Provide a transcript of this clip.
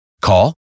Call